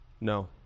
No